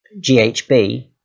ghb